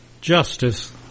justice